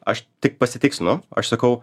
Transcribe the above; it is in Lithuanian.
aš tik pasitikslinu aš sakau